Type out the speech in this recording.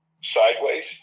sideways